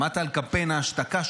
שמעת על קמפיין ההשתקה?